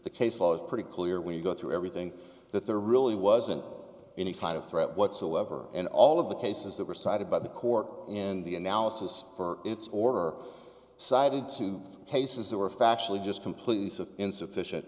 the case law is pretty clear when you go through everything that there really wasn't any kind of threat whatsoever and all of the cases that were cited by the court in the analysis for its order cited two cases that were factually just completely insufficient